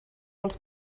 els